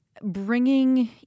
bringing